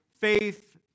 faith